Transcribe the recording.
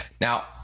Now